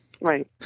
Right